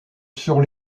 sur